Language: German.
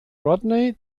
rodney